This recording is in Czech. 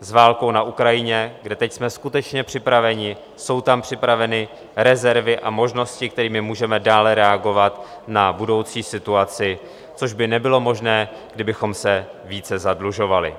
s válkou na Ukrajině, kde teď jsme skutečně připraveni, jsou tam připraveny rezervy a možnosti, kterými můžeme dále reagovat na budoucí situaci, což by nebylo možné, kdybychom se více zadlužovali.